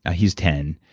ah he's ten,